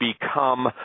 become